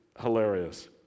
hilarious